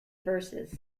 verses